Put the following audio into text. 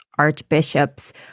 archbishops